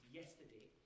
yesterday